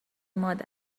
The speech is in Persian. مادر